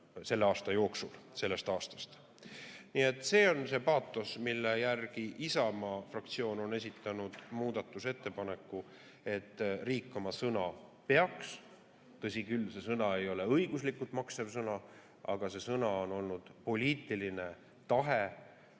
see pensionitõus ära sellel aastal. Nii et see on see paatos, mille järgi Isamaa fraktsioon on esitanud muudatusettepaneku, et riik oma sõna peaks. Tõsi küll, see sõna ei ole õiguslikult maksev sõna, aga see sõna on olnud poliitiline tahe